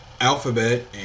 Alphabet